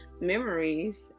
memories